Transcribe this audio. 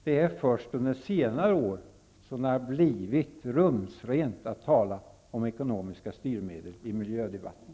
Det är först under senare år som det har blivit rumsrent att tala om ekonomiska styrmedel i miljödebatten.